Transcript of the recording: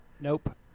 Nope